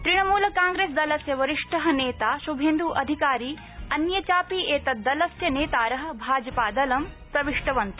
Trinamool Congress दलस्य वरिष्ठ नेता श्भेन्द्ः अधिकारी अन्ये चापि एतत् दलस्य नेतार भाजपादलं प्रविष्टवन्त